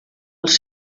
els